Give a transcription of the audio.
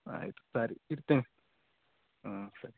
ಆಯ್ತು ಸರಿ ಇಡ್ತೇ ಹ್ಞೂ ಸರಿ